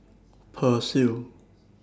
Persil